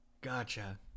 Gotcha